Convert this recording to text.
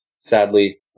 Sadly